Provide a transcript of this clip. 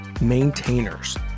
Maintainers